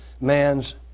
man's